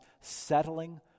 settling